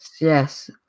Yes